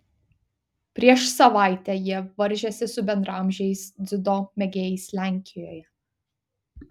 prieš savaitę jie varžėsi su bendraamžiais dziudo mėgėjais lenkijoje